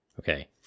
Okay